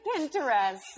Pinterest